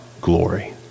glory